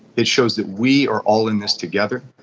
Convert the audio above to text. it shows that we are all in this together.